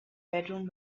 bedroom